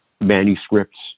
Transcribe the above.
manuscripts